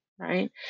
right